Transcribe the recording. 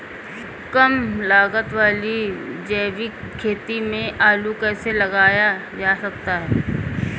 कम लागत वाली जैविक खेती में आलू कैसे लगाया जा सकता है?